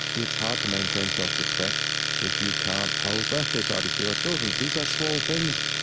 it's hard to maintain self-respect if you can't hold birthday parties for your children these are small things,